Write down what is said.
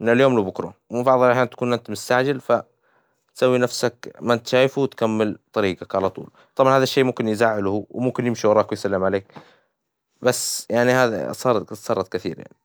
من اليوم لبكرة، وفي بعظ الأحيان تكون إنت مستعجل سوي نفسك ما أنت شايفه وتكمل طريقك على طول، طبعًا هذا الشي ممكن يزعله وممكن يمشي وراك ويسلم عليك، بس يعني هذا صارت صارت كثير يعني.